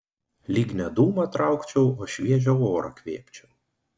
lyg ne dūmą traukčiau o šviežią orą kvėpčiau